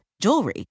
Jewelry